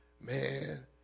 Man